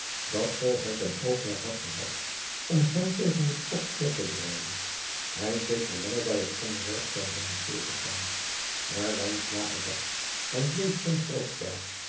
dat zoo hij ten oogmerk had gehad om hem tegen den schok voor te bereiden hij zeker langer bij het onderwerp zou hebben stil gestaan maar lijnslager was en bleef